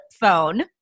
phone